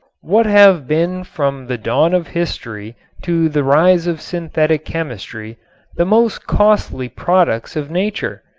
what have been from the dawn of history to the rise of synthetic chemistry the most costly products of nature?